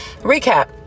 Recap